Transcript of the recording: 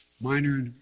minor